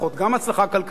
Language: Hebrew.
גם הצלחה כלכלית,